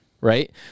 right